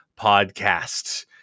podcast